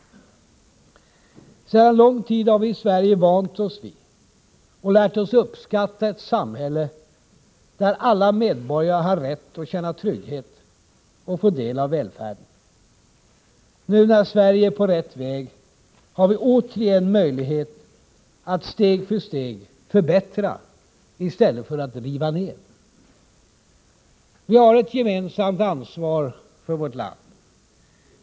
Sedan lång tid har vi i Sverige vant oss vid och lärt oss uppskatta ett samhälle där alla medborgare har rätt att känna trygghet och få del av välfärden. Nu när Sverige är på rätt väg har vi återigen möjlighet att steg för steg förbättra i stället för att riva ner. Vi har ett gemensamt ansvar för vårt land.